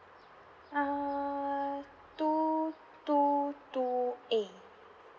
uh two two two A